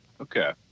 Okay